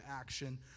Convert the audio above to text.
action